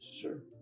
Sure